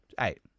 Eight